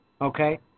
okay